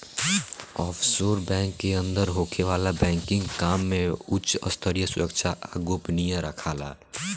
offshore bank के अंदर होखे वाला बैंकिंग काम में उच स्तरीय सुरक्षा आ गोपनीयता राखाला